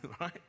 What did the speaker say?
right